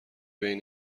بین